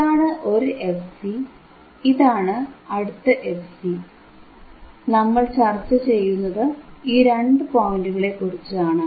ഇതാണ് ഒരു fc ഇതാണ് അടുത്ത fc നമ്മൾ ചർച്ചചെയ്യുന്നത് ഈ രണ്ടു പോയിന്റുകളെക്കുറിച്ചാണ്